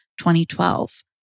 2012